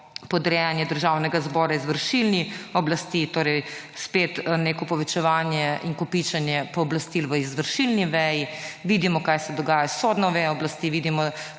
podrejanje Državnega zbora izvršilni oblasti torej spet neko povečevanje in kopičenje pooblastil v izvršilni veji, vidimo kaj se dogaja s sodno vejo oblasti,